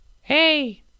Hey